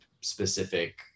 specific